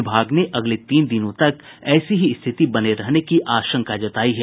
विभाग ने अगले तीन दिनों तक ऐसी ही स्थिति बने रहने की आशंका जतायी है